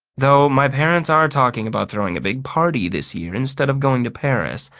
though my parents are talking about throwing a big party this year instead of going to paris.